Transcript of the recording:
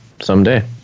someday